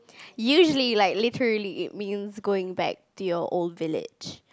usually like literally it means going back to your old village